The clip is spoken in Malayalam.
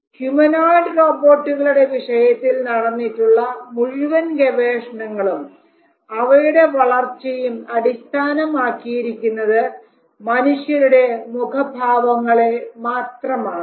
ഹ്യൂമനോയ്ഡ് റോബോട്ടുകളുടെ വിഷയത്തിൽ നടന്നിട്ടുള്ള മുഴുവൻ ഗവേഷണങ്ങളും അവയുടെ വളർച്ചയും അടിസ്ഥാനമാക്കിയിരിക്കുന്നത് മനുഷ്യരുടെ മുഖ ഭാവങ്ങളെ മാത്രമാണ്